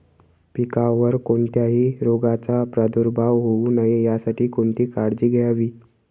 पिकावर कोणत्याही रोगाचा प्रादुर्भाव होऊ नये यासाठी कोणती काळजी घ्यावी?